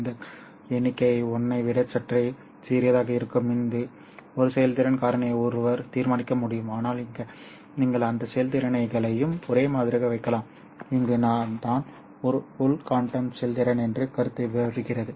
இந்த எண்ணிக்கை 1 ஐ விட சற்றே சிறியதாக இருக்கும் இங்கு ஒரு செயல்திறன் காரணியை ஒருவர் தீர்மானிக்க முடியும் ஆனால் நீங்கள் அந்த செயல்திறன்களையும் ஒரே மாதிரியாக வைக்கலாம் இங்குதான் உள் குவாண்டம் செயல்திறன் என்ற கருத்து வருகிறது